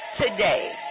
today